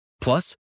Plus